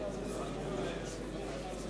להלן התוצאות.